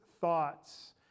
thoughts